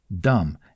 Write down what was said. dumb